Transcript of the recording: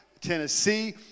Tennessee